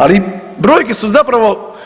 Ali brojke su zapravo,